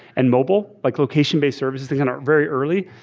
and mobile, like location-based service is kind of very early.